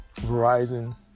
Verizon